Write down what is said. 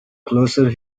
closer